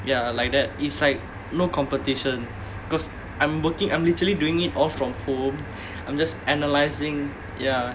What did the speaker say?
ya like that it's like no competition because I'm working I'm literally doing it all from home I'm just analysing ya